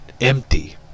empty